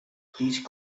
please